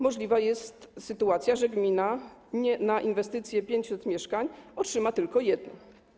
Możliwa jest sytuacja, że gmina na inwestycje 500 mieszkań otrzyma tylko jedno.